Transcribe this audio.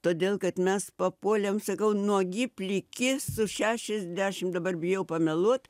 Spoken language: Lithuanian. todėl kad mes papuolėm sakau nuogi pliki su šešiasdešim dabar bijau pameluot